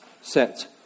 set